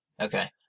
Okay